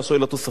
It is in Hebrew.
ואומר: "אני"